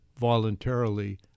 voluntarily